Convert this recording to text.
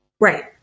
Right